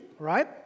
right